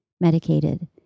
medicated